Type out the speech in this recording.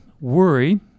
Worry